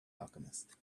alchemist